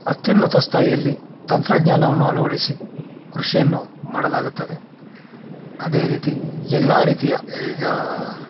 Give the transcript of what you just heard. ಅತ್ಯುನ್ನತ ಸ್ಥಾಯಿಯಲ್ಲಿ ತಂತ್ರಜ್ಞಾನವನ್ನು ಅಳವಡಿಸಿ ಕೃಷಿಯನ್ನು ಮಾಡಲಾಗುತ್ತದೆ ಅದೇ ರೀತಿ ಎಲ್ಲಾ ರೀತಿಯ ಈಗ